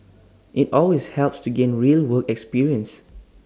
IT always helps to gain real work experience